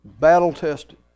battle-tested